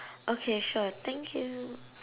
okay sure thank you